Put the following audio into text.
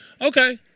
Okay